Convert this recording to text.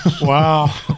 Wow